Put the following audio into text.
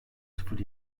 sıfır